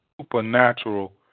Supernatural